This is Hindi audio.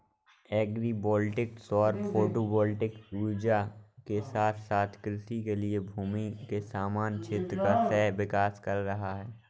एग्री वोल्टिक सौर फोटोवोल्टिक ऊर्जा के साथ साथ कृषि के लिए भूमि के समान क्षेत्र का सह विकास कर रहा है